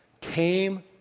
came